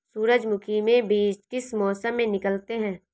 सूरजमुखी में बीज किस मौसम में निकलते हैं?